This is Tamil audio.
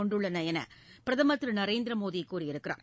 கொண்டுள்ளன என்று பிரதமர் திரு நரேந்திர மோடி கூறியிருக்கிறார்